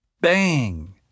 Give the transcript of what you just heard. Bang